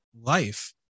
life